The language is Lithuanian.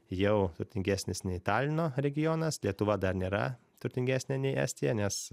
jau turtingesnis nei talino regionas lietuva dar nėra turtingesnė nei estija nes